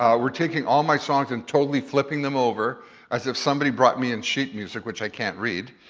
um we're taking all my songs and totally flipping them over as if somebody brought me in sheet music, which i can't read,